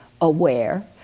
aware